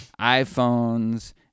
iPhones